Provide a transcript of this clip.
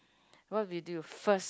what video first